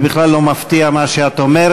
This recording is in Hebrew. זה בכלל לא מפתיע, מה שאת אומרת.